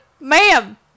ma'am